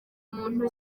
muntu